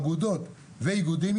אגודות ואיגודים,